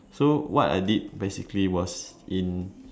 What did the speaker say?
so what I did basically was in